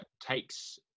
takes